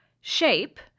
shape